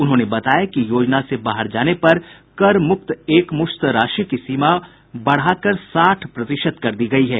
उन्होंने बताया कि योजना से बाहर जाने पर कर मुक्त एक मुश्त राशि की सीमा बढ़ाकर साठ प्रतिशत कर दी गई है